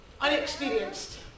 unexperienced